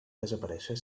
desaparèixer